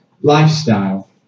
lifestyle